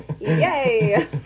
Yay